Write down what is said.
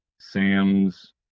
Sam's